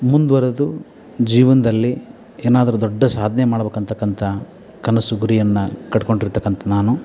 ಮುಂದುವರೆದು ಜೀವನದಲ್ಲಿ ಏನಾದರು ದೊಡ್ಡ ಸಾಧನೆ ಮಾಡಬೇಕಂತಕ್ಕಂತ ಕನಸು ಗುರಿಯನ್ನು ಕಟ್ಕೊಂಡು ಇರ್ತಕ್ಕಂತ ನಾನು